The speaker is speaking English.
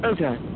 Okay